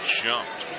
jumped